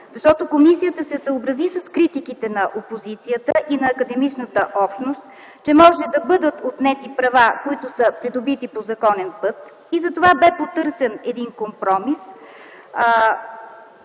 защото комисията се съобрази с критиките на опозицията и на академичната общност, че могат да бъдат отнети права, които са придобити по законен път. Затова бе потърсен компромис